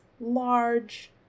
large